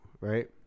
right